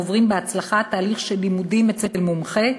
עוברים בהצלחה תהליך של לימודים אצל מומחה,